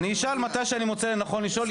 אני אשאל מתי שאני מוצא לנכון לשאול.